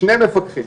שני מפקחים.